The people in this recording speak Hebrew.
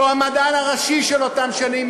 והמדען הראשי של אותן שנים,